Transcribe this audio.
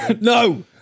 no